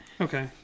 Okay